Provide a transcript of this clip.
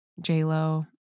J-Lo